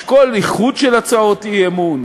לשקול איחוד של הצעות אי-אמון.